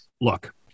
look